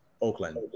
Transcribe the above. Oakland